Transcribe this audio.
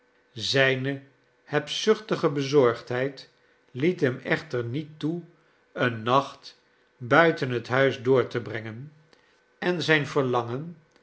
zijne hebzuchtige bezorgdheid liet hem echter niet toe een nacht buiten het huis door te brengen en zijn verlangen